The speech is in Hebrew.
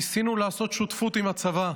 ניסינו לעשות שותפות עם הצבא,